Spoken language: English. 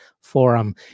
Forum